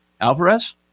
Alvarez